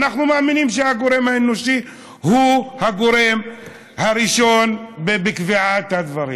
ואנחנו מאמינים שהגורם האנושי הוא הגורם הראשון בקביעת הדברים.